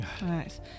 Nice